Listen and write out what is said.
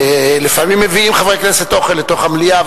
ולפעמים מביאים חברי כנסת אוכל לתוך המליאה,